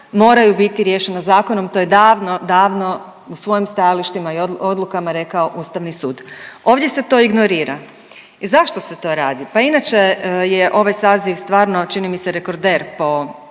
moraju biti riješena zakonom, to je davno, davno u svojim stajalištima i odlukama rekao Ustavni sud. Ovdje se to ignorira. I zašto se to radi? Pa inače je ovaj saziv stvarno čini mi se rekorder po